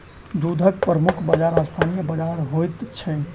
दूधक प्रमुख बाजार स्थानीय बाजार होइत छै